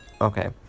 Okay